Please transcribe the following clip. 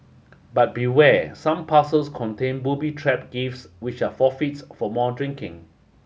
but beware some parcels contain booby trap gifts which are forfeits for more drinking